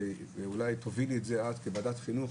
אולי תובילי את זה את, כוועדת החינוך.